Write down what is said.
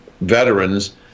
veterans